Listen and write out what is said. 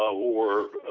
or of